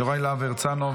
יוראי להב הרצנו,